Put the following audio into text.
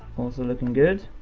also looking good,